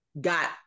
got